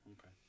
Okay